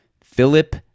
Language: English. Philip